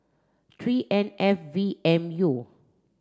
three N F V M U